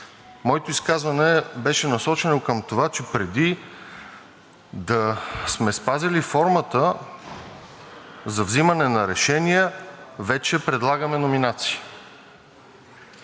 Моето изказване беше насочено към това, че преди да сме спазили формата за взимане на решения, вече предлагаме номинации,